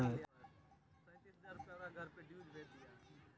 sir ने बतल खिन कि भारत में एग फ्रूट के पैदावार ना होबा हई